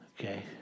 Okay